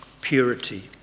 purity